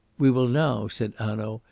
we will now, said hanaud,